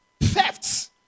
Thefts